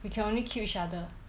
we can only kill each other